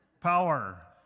Power